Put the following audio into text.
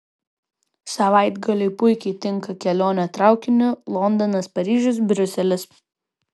savaitgaliui puikiai tinka kelionė traukiniu londonas paryžius briuselis